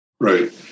right